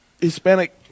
Hispanic